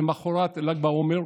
למוחרת ל"ג בעומר.